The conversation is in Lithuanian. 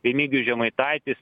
remigijus žemaitaitis